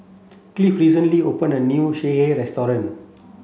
Cliff recently opened a new Sireh restaurant